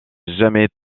jamais